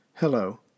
Hello